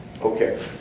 Okay